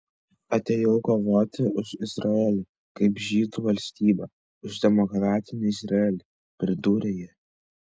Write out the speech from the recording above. atėjau kovoti už izraelį kaip žydų valstybę už demokratinį izraelį pridūrė ji